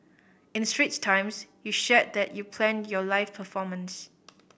in Straits Times you shared that you planned your live performance